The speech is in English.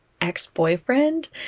ex-boyfriend